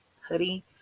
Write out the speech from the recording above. hoodie